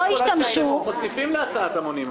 לא השתמשו --- מוסיפים להסעת המונים,